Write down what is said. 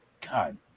God